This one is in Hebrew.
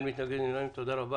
אין מתנגדים, אין נמנעים, תודה רבה.